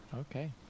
Okay